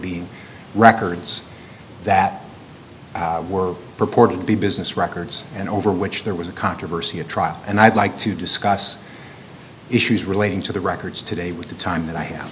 being records that were purporting to be business records and over which there was a controversy a trial and i'd like to discuss issues relating to the records today with the time that i have